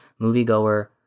moviegoer